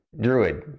druid